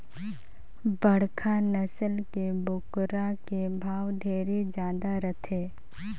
बड़खा नसल के बोकरा के भाव ढेरे जादा रथे